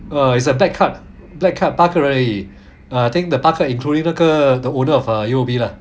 uh it's a black card black card 八个人而已 I think the 八个 including 那个 the owner of err U_O_B lah